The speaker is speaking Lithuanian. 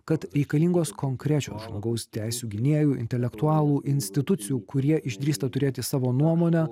kad reikalingos konkrečios žmogaus teisių gynėjų intelektualų institucijų kurie išdrįsta turėti savo nuomonę